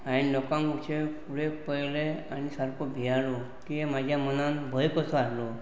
हांवें लोकांक अशें फुडें पयलें आनी सारको भियालो की म्हाज्या मनान भंय कसो आसलो